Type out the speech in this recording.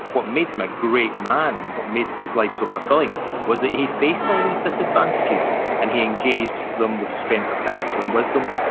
what made him a great man and what made his life so fulfilling was that he faced all these disadvantages and he engaged them with strength of character and wisdom